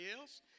else